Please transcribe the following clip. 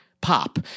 pop